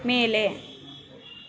ಮೇಲೆ